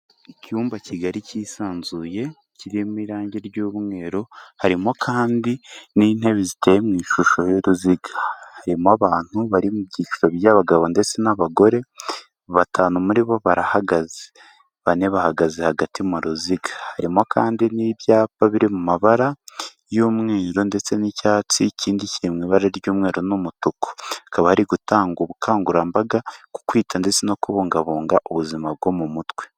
Icyumba kigari cyisanzuye, kirimo irangi ry'umweru, harimo kandi n'intebe ziteye mu ishusho ry'uruziga, harimo abantu bari mu byicaro by'abagabo ndetse n'abagore, batanu muri bo barahaga, bane bahagaze hagati mu ruziga, harimo kandi n'ibyapa biri mu mabara y'umweru ndetse n'icyatsi, ikindi kiri mu ibara ry'umweru n'umutuku, hakaba hari gutangwa ubukangurambaga ku kwita ndetse no kubungabunga ubuzima bwo mu mutwe.